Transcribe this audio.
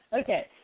Okay